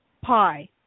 pie